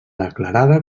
declarada